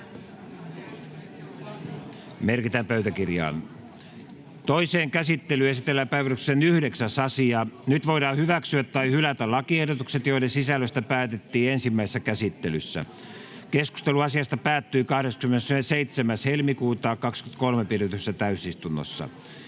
Content: Toiseen käsittelyyn esitellään päiväjärjestyksen 9. asia. Nyt voidaan hyväksyä tai hylätä lakiehdotukset, joiden sisällöstä päätettiin ensimmäisessä käsittelyssä. Keskustelu asiasta päättyi 27.2.2023 pidetyssä täysistunnossa.